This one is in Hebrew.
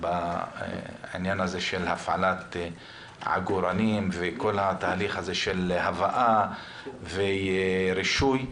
בהפעלת עגורנים וכל התהליך של הבאה ורישוי.